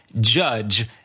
judge